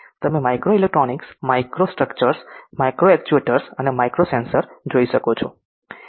તમે micro electronics micro structures micro actuators અને micro sensor જોઈ શકો છો